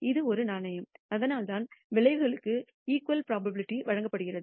இது ஒரு நாணயம் அதனால்தான் விளைவுகளுக்கு ஈகுவல் புரோபாபிலிடி வழங்கப்படுகிறது